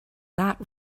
that